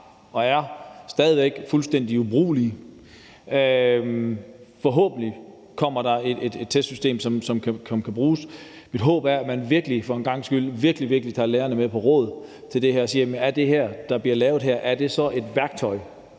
og som stadig væk er fuldstændig ubrugelige, og forhåbentlig kommer der et testsystem, som kan bruges. Mit håb er, at man her for en gangs skyld virkelig, virkelig tager lærerne med på råd, og at man spørger dem, om det, der bliver lavet, så er et værktøj,